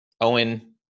Owen